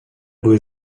były